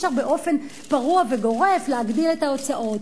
ואי-אפשר באופן פרוע וגורף להגדיל את ההוצאות.